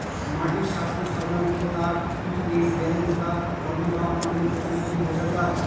মাটির স্বাস্থ্য সাধারনত তার পি.এইচ ব্যালেন্স বা অম্লভাব মানের মধ্যে দিয়ে বোঝা যায়